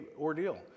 ordeal